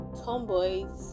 tomboys